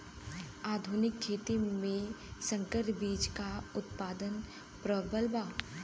आधुनिक खेती में संकर बीज क उतपादन प्रबल बा